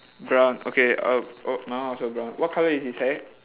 brown okay uh oh mine one also brown what colour is his hair